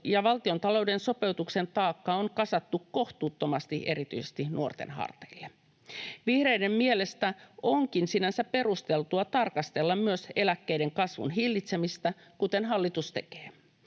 ja valtiontalouden sopeutuksen taakka on kasattu kohtuuttomasti erityisesti nuorten harteille. Vihreiden mielestä onkin sinänsä perusteltua tarkastella myös eläkkeiden kasvun hillitsemistä, kuten hallitus tekee.